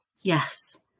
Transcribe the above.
yes